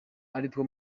aritwo